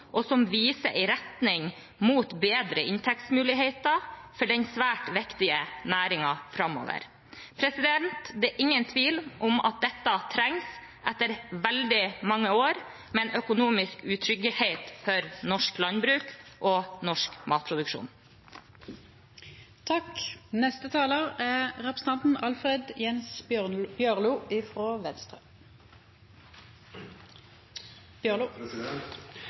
viser en retning mot bedre inntektsmuligheter for den svært viktige næringen framover. Det er ingen tvil om at dette trengs etter veldig mange år med økonomisk utrygghet for norsk landbruk og norsk matproduksjon.